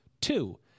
Two